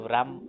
Ram